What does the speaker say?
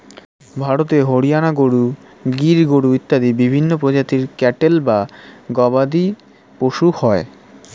ভারতে হরিয়ানা গরু, গির গরু ইত্যাদি বিভিন্ন প্রজাতির ক্যাটল বা গবাদিপশু হয়